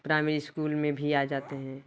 primary school में भी आ जाते हैं